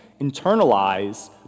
internalize